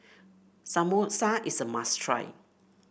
samosa is a must try